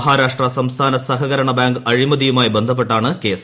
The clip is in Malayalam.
മഹാരാഷ്ട്ര സംസ്ഥാന സഹകരണ ബാങ്ക് അഴിമതിയുമായി ബന്ധപ്പെട്ടാണ് കേസ്